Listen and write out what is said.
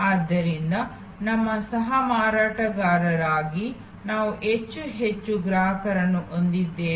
ಆದ್ದರಿಂದ ನಮ್ಮ ಸಹ ಮಾರಾಟಗಾರರಾಗಿ ನಾವು ಹೆಚ್ಚು ಹೆಚ್ಚು ಗ್ರಾಹಕರನ್ನು ಹೊಂದಿದ್ದೇವೆ